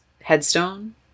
headstone